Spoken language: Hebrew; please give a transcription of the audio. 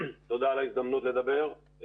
תודה על ההזדמנות לדבר.